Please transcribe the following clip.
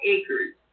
acres